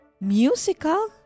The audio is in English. Musical